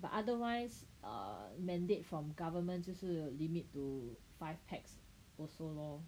but otherwise err mandate from government 就是 limit to five pax also lor